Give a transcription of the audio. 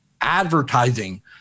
Advertising